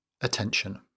Attention